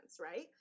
right